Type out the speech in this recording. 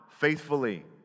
faithfully